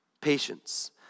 patience